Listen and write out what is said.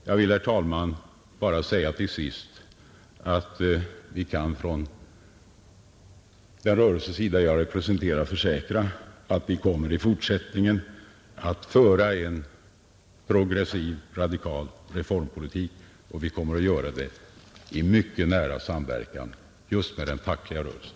Jag vill till sist, herr talman, bara säga att vi från den rörelses sida som jag representerar kan försäkra att vi även i fortsättningen kommer att föra en progressiv radikal reformpolitik, och vi kommer att göra det i mycket nära samverkan just med den fackliga rörelsen.